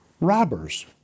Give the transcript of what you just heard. robbers